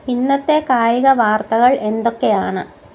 ഇന്നത്തെ കായിക വാർത്തകൾ എന്തൊക്കെയാണ്